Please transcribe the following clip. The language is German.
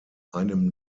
einem